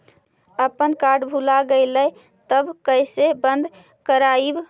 अपन कार्ड भुला गेलय तब कैसे बन्द कराइब?